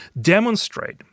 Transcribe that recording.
Demonstrate